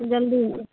जल्दी अएबै